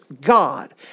God